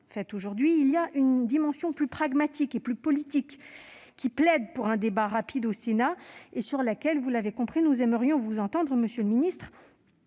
il y a une dimension plus pragmatique et plus politique, qui plaide pour un débat rapide au Sénat et sur laquelle, vous l'avez compris, nous aimerions vous entendre, monsieur le ministre